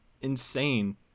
insane